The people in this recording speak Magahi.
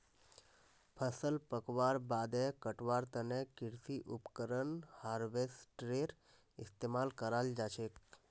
फसल पकवार बादे कटवार तने कृषि उपकरण हार्वेस्टरेर इस्तेमाल कराल जाछेक